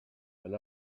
and